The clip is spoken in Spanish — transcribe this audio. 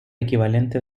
equivalente